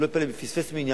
הוא פספס מניין,